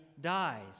dies